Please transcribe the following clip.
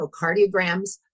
echocardiograms